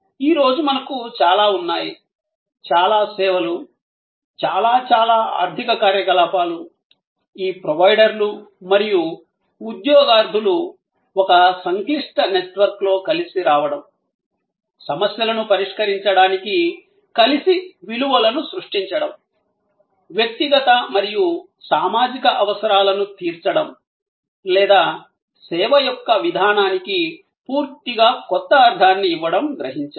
ఈ రోజు మనకు చాలా ఉన్నాయి చాలా సేవలు చాలా చాలా ఆర్ధిక కార్యకలాపాలు ఈ ప్రొవైడర్లు మరియు ఉద్యోగార్ధులు ఒక సంక్లిష్ట నెట్వర్క్లో కలిసి రావడం సమస్యలను పరిష్కరించడానికి కలిసి విలువలను సృష్టించడం వ్యక్తిగత మరియు సామాజిక అవసరాలను తీర్చడం లేదా సేవ యొక్క విధానానికి పూర్తిగా కొత్త అర్ధాన్ని ఇవ్వడం గ్రహించారు